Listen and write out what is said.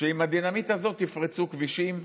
שעם הדינמיט יפרצו כבישים,